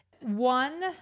One